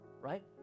right